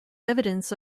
evidence